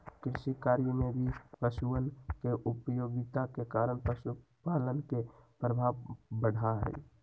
कृषिकार्य में भी पशुअन के उपयोगिता के कारण पशुपालन के प्रभाव बढ़ा हई